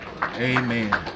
Amen